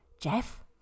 Jeff